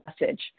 message